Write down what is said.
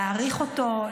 להעריך אותו,